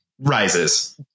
rises